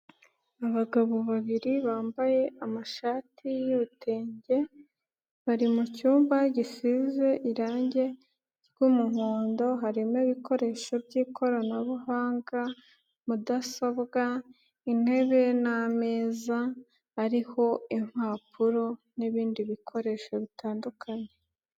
Abagabo babiri bambaye amashati y'urutenge. Bari mu cyumba gisize irangi ry'umuhondo, harimo ibikoresho by'ikoranabuhanga mudasobwa, intebe n'ameza ariho impapuro n'ibindi bikoresho bitandukanye.